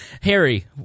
Harry